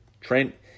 Trent